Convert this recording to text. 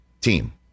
team